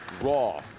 raw